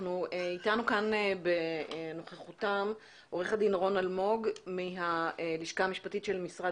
אתנו כאן בנוכחותם עורך הדין רון אלמוג מהלשכה המשפטית של משרד